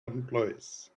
employees